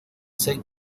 said